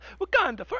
Wakanda